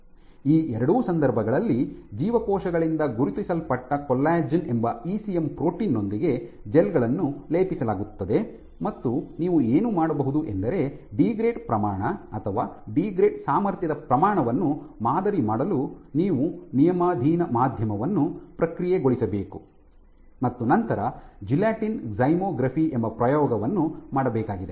ಈ ಎರಡೂ ಸಂದರ್ಭಗಳಲ್ಲಿ ಜೀವಕೋಶಗಳಿಂದ ಗುರುತಿಸಲ್ಪಟ್ಟ ಕೊಲ್ಲಾಜೆನ್ ಎಂಬ ಇಸಿಎಂ ಪ್ರೋಟೀನ್ ನೊಂದಿಗೆ ಜೆಲ್ ಗಳನ್ನು ಲೇಪಿಸಲಾಗುತ್ತದೆ ಮತ್ತು ನೀವು ಏನು ಮಾಡಬಹುದು ಎಂದರೆ ಡೀಗ್ರೇಡ್ ಪ್ರಮಾಣ ಅಥವಾ ಡೀಗ್ರೇಡ್ ಸಾಮರ್ಥ್ಯದ ಪ್ರಮಾಣವನ್ನು ಮಾದರಿ ಮಾಡಲು ನೀವು ನಿಯಮಾಧೀನ ಮಾಧ್ಯಮವನ್ನು ಪ್ರಕ್ರಿಯೆಗೊಳಿಸಬೇಕು ಮತ್ತು ನಂತರ ಜೆಲಾಟಿನ್ ಜ್ಯೈಮೊಗ್ರಫಿ ಎಂಬ ಪ್ರಯೋಗವನ್ನು ಮಾಡಬೇಕಾಗಿದೆ